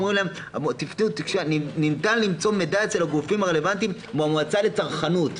אומרים להם: ניתן למצוא מידע אצל הגופים הרלוונטיים כמו מועצה לצרכנות.